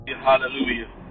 Hallelujah